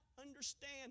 understand